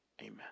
amen